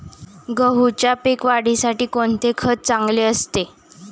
गहूच्या पीक वाढीसाठी कोणते खत चांगले असते?